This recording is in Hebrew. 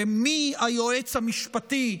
מהיועץ המשפטי,